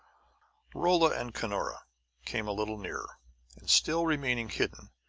rolla and cunora came a little nearer and still remaining hidden,